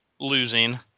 losing